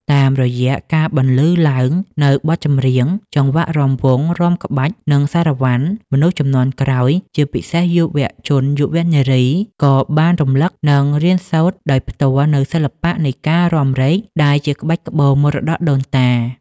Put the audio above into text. តាមរយៈការបន្លឺឡើងនូវបទចម្រៀង ចង្វាក់រាំវង់ រាំក្បាច់ និងសារ៉ាវ៉ាន់ មនុស្សជំនាន់ក្រោយ ជាពិសេសយុវជនយុវនារី ក៏បានរំលឹក និងរៀនសូត្រដោយផ្ទាល់នូវសិល្បៈនៃការរាំរែកដែលជាក្បាច់ក្បូរមរតកដូនតា។